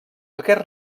aquest